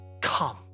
Come